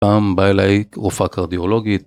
פעם בא אליי תרופה קרדיאולוגית